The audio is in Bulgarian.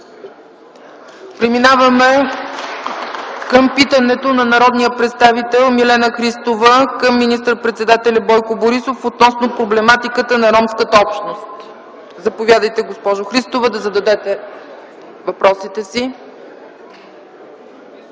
Преминаваме към питането на народния представител Милена Христова към министър-председателя Бойко Борисов относно проблематиката на ромската общност. Заповядайте, госпожо Христова, да зададете въпросите си.